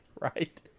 Right